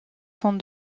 sont